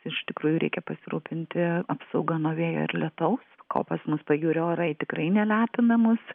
iš tikrųjų reikia pasirūpinti apsauga nuo vėjo ir lietaus o pas mus pajūrio orai tikrai nelepina mus